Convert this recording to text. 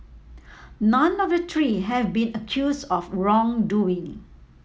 none of the three have been accused of wrongdoing